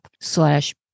slash